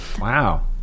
Wow